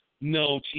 No